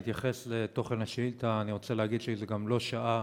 לפני שאני אתייחס לתוכן השאילתה אני רוצה להגיד שזו גם לא שעה